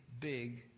big